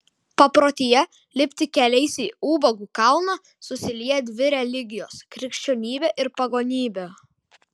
paprotyje lipti keliais į ubagų kalną susilieja dvi religijos krikščionybė ir pagonybė